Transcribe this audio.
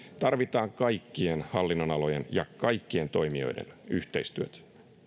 tarvitaan kaikkien hallinnonalojen ja kaikkien toimijoiden yhteistyötä